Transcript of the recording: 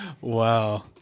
Wow